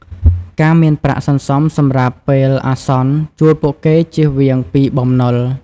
ការមានប្រាក់សន្សំសម្រាប់ពេលអាសន្នជួយពួកគេចៀសវាងពីបំណុល។